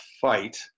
fight